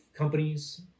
companies